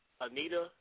Anita